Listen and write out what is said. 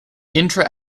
intra